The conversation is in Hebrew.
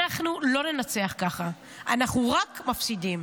אנחנו לא ננצח ככה, אנחנו רק מפסידים.